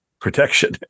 protection